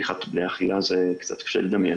באכילה זה קצת קשה לדמיין.